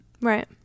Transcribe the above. Right